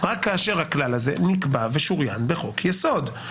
רק כאשר הכלל הזה נקבע ושוריין בחוק יסוד,